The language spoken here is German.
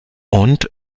und